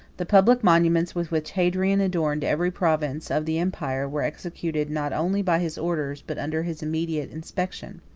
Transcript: the public monuments with which hadrian adorned every province of the empire, were executed not only by his orders, but under his immediate inspection.